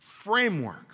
framework